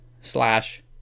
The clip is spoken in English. slash